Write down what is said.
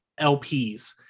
LPs